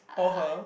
or her